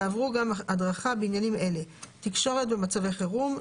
ועברו גם דרכה בעניינים אלה: תקשורת במצבי חירום,